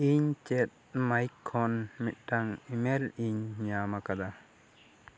ᱤᱧ ᱪᱮᱫ ᱢᱟᱭᱤᱠ ᱠᱷᱚᱱ ᱢᱤᱫᱴᱟᱝ ᱤᱢᱮᱞ ᱤᱧ ᱧᱟᱢ ᱟᱠᱟᱫᱟ